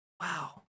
Wow